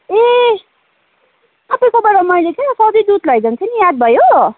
ए तपाईँकोबाट मैले क्या सधैँ दुध लैजान्थेँ नि याद भयो